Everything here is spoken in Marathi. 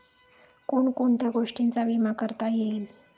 कोण कोणत्या गोष्टींचा विमा करता येईल?